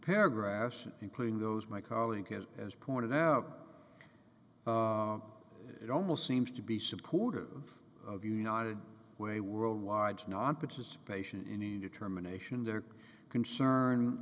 paragraphs and including those my colleague has as pointed out it almost seems to be supportive of united way worldwide nonparticipation any determination their concern